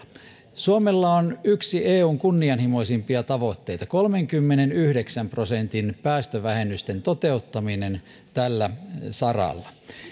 suomella on yksi eun kunnianhimoisimpia tavoitteita kolmenkymmenenyhdeksän prosentin päästövähennysten toteuttaminen tällä saralla